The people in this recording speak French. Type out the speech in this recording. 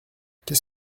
qu’est